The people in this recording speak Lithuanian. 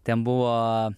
ten buvo